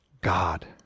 God